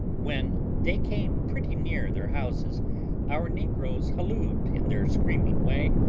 when they came pretty near their houses our negroes hallooed in their screaming way,